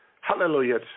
hallelujah